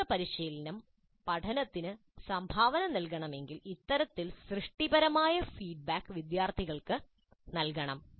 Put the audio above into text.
സ്വതന്ത്ര പരിശീലനം പഠനത്തിന് സംഭാവന നൽകണമെങ്കിൽ ഇത്തരത്തിലുള്ള സൃഷ്ടിപരമായ ഫീഡ്ബാക്ക് വിദ്യാർത്ഥികൾക്ക് നൽകണം